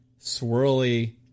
swirly